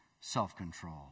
self-control